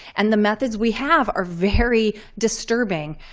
and the methods we have are very disturbing.